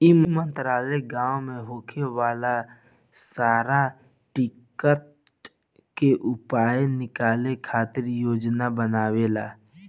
ई मंत्रालय गाँव मे होखे वाला सारा दिक्कत के उपाय निकाले खातिर योजना बनावेला